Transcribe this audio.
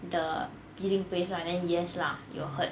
the bleeding place right then yes lah it will hurt